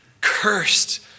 cursed